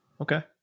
Okay